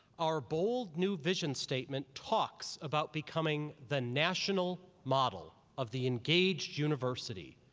our bold new vision statement talks about becoming the national model of the engaged university,